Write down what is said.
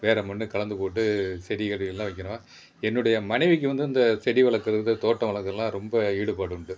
வேறு மண்ணை கலந்து போட்டு செடிகொடியெல்லாம் வைக்கிறோம் என்னுடைய மனைவிக்கு வந்து இந்த செடி வளர்க்கறது தோட்டம் வளர்க்குறலாம் ரொம்ப ஈடுபாடுண்டு